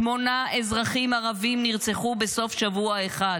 שמונה אזרחים ערבים נרצחו בסוף שבוע אחד,